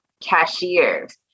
cashiers